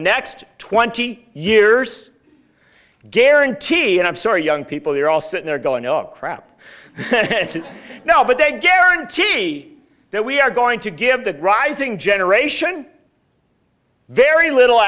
next twenty years guarantee and i'm sorry young people they're all sitting there going oh crap now but they guarantee that we are going to give the rising generation very little